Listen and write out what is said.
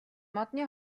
модны